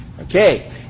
Okay